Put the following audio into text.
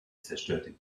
zerstörte